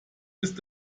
ist